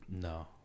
no